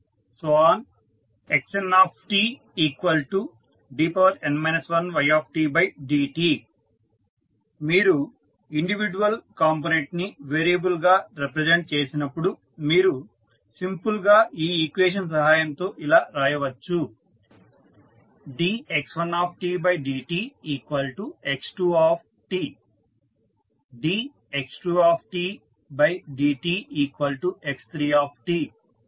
xntdn 1ydt మీరు individual component ని variable గా రిప్రజెంట్ చేసినప్పుడు మీరు సింపుల్ గా ఈ ఈక్వేషన్ సహాయం తో ఇలా రాయవచ్చు dx1dtx2t dx2dtx3t